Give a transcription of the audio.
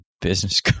business